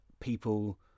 people